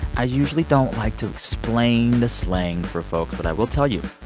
i usually don't like to explain the slang for folk, but i will tell you.